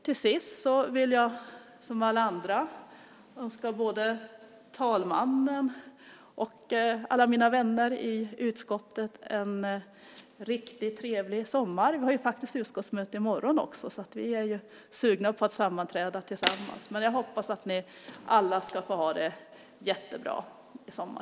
Till sist vill jag, som alla andra, önska både talmannen och alla mina vänner i utskottet en riktigt trevlig sommar. Vi har utskottsmöte i morgon också, så vi är sugna på att sammanträda tillsammans. Jag hoppas att ni alla ska få ha det jättebra i sommar.